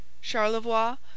Charlevoix